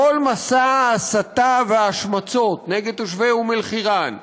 כל מסע ההסתה וההשמצות נגד תושבי אום-אלחיראן,